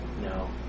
No